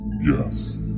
Yes